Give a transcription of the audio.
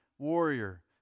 warrior